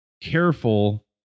careful